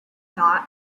thought